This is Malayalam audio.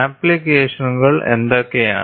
ആപ്ലിക്കേഷനുകൾ എന്തൊക്കെയാണ്